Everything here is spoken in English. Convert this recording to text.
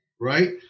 right